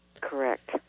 Correct